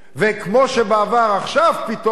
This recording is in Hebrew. וכמו שבעבר, עכשיו פתאום